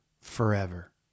forever